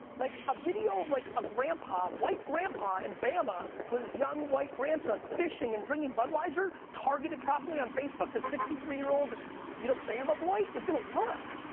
like, a video, like a grampa, white grampa in bama with his young white grandson fishing and drinking budweiser targeted properly on facebook to sixty three year old you know bama boy is gonna work.